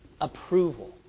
approval